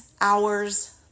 hours